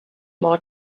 more